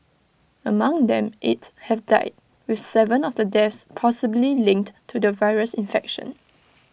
among them eight have died with Seven of the deaths possibly linked to the virus infection